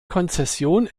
konzession